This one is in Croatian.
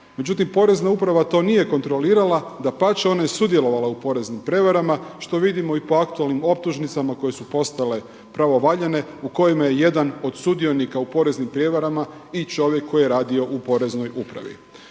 Međutim, porezna uprava to nije kontrolirala, dapače, ona je sudjelovala u poreznim prijevarama što vidimo i po aktualnim optužnicama koje su postale pravovaljane u kojima je jedan od sudionika u poreznim prijevarama i čovjek koji je radio u poreznoj upravi.